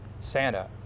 Santa